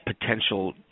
potential